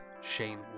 Shane